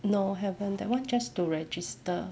no haven't that [one] just to register